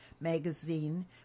magazine